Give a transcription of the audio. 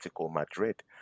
Madrid